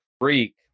freak